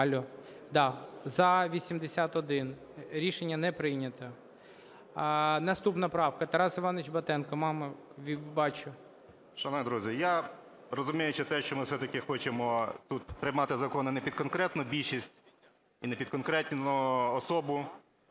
За-81 Рішення не прийнято. Наступна правка. Тарас Іванович Батенко. 14:53:47 БАТЕНКО Т.І. Шановні друзі, я, розуміючи те, що ми все-таки хочемо тут приймати закони не під конкретну більшість і не під конкретну особу,